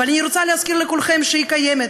אבל אני רוצה להזכיר לכולכם שהיא קיימת.